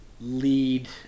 lead